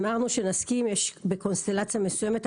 אמרנו שנסכים בקונסטלציה מסוימת,